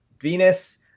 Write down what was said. Venus